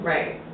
Right